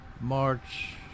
March